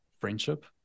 friendship